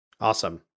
Awesome